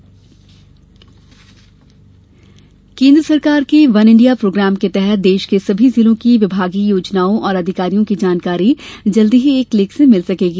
one India program केन्द्र सरकार के वन इंडिया प्रोग्राम के तहत देश के सभी जिलों की विभागीय योजनाओं और अधिकारियों की जानकारी जल्द ही एक क्लिक से मिल सकेगी